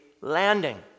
landing